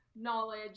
knowledge